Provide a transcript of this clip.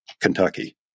Kentucky